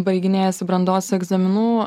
baiginėjasi brandos egzaminų